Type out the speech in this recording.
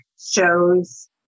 shows